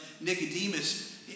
Nicodemus